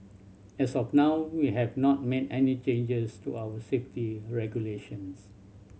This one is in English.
as of now we have not made any changes to our safety regulations